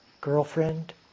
girlfriend